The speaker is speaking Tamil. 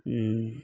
ம்